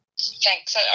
thanks